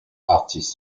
artist